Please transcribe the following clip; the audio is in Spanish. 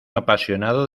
apasionado